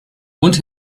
und